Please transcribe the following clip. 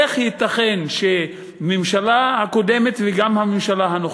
איך ייתכן שהממשלה הקודמת וגם הממשלה הנוכחית,